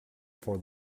for